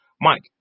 Mike